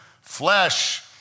flesh